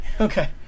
Okay